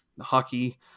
hockey